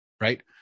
right